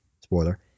spoiler